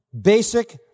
basic